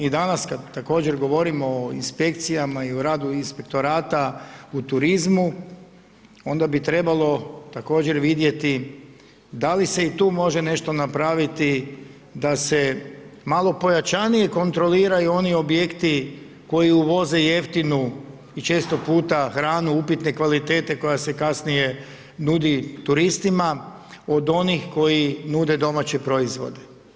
I danas, kada također govorimo o inspekcijama i o radu inspektorata u turizmu, onda bi trebalo također vidjeti, da li se i tu može nešto napraviti, da se malo pojačanije kontroliraju oni objekti, koji uvoze jeftinu i često puta hranu upitne kvalitete koja se kasnije nudi turistima, od onih koji nude domaće proizvode.